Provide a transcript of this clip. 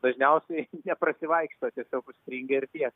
dažniausiai neprasivaikšto tiesiog užstringa ir tie